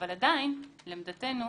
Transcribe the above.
אבל עדיין לעמדתנו,